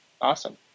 awesome